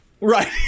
Right